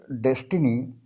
destiny